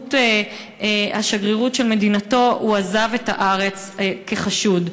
השגרירות של מדינתו הוא עזב את הארץ כחשוד.